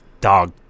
dog